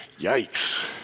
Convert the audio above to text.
Yikes